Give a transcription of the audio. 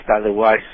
Otherwise